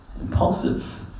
impulsive